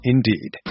Indeed